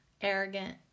arrogant